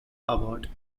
award